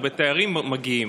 הרבה תיירים מגיעים.